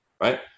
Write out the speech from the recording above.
right